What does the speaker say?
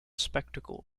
spectacle